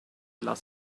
las